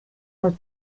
los